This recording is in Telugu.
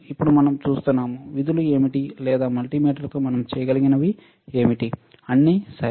ఇప్పుడు మనం చూస్తాము విధులు ఏమిటి లేదా మల్టీమీటర్తో మనం చేయగలిగేవి ఏమిటి అన్నీ సరే